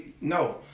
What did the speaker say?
no